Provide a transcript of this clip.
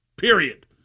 Period